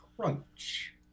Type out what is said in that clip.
Crunch